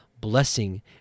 Blessing